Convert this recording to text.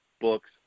books